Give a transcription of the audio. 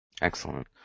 Excellent